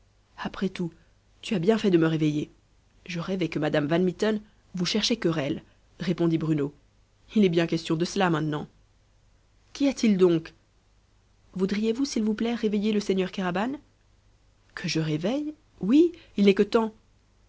après tout tu as bien fait de me réveiller je rêvais que madame van mitten vous cherchait querelle répondit bruno il est bien question de cela maintenant qu'y a-t-il donc voudriez-vous s'il vous plaît réveiller le seigneur kéraban que je réveille oui il n'est que temps